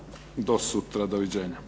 Do sutra doviđenja.